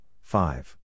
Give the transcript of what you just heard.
five